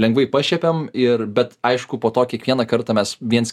lengvai pašiepėm ir bet aišku po to kiekvieną kartą mes viens